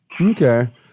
Okay